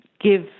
give